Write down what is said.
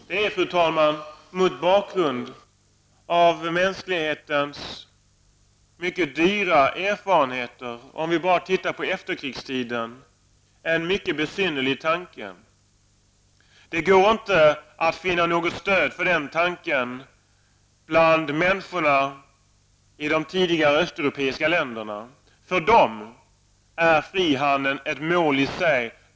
Det är, fru talman, mot bakgrund av mänsklighetens mycket dyra erfarenheter -- tänk bara på efterkrigstiden -- en mycket besynnerlig tanke. Det går inte att finna något stöd för den tanken bland människorna i de tidigare östeuropeiska länderna. För dem är frihandeln ett mål i sig.